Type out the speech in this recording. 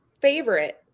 favorite